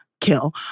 Kill